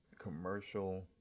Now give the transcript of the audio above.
commercial